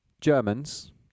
Germans